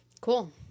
Cool